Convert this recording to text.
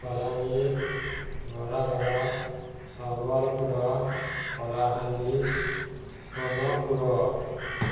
Balangir Bargarh Sambalpur Kalahandi Sonepur